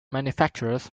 manufacturers